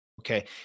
Okay